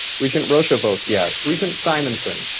regent rosha votes yes. regent simonson?